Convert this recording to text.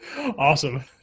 Awesome